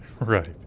Right